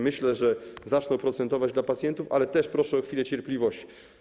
Myślę, że one zaczną procentować dla pacjentów, ale też proszę o chwilę cierpliwości.